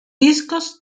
discos